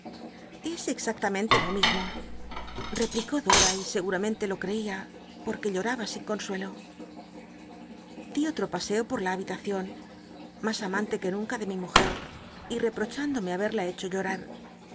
es exactamente lo mismo replicó dora y seguramente lo creia porque lloraba sin consuelo di otro paseo por la habitacion mas amante que biblioteca nacional de españa da vid copperfield nunca de mi mujer y reprochándome habcl'la hecho llorar